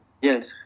Yes